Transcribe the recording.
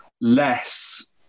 less